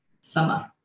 Summer